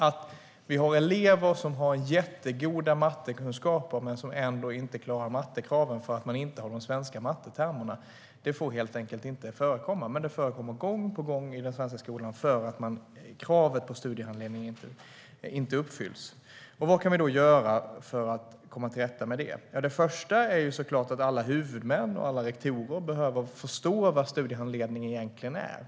Att vi har elever som har jättegoda mattekunskaper men ändå inte klarar mattekraven därför att de inte har de svenska mattetermerna får helt enkelt inte förekomma. Men det förekommer gång på gång i den svenska skolan därför att kravet på studiehandledning inte uppfylls. Vad kan vi då göra för att komma till rätta med det? Det första är såklart att alla huvudmän och alla rektorer behöver förstå vad studiehandledning egentligen är.